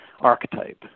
archetype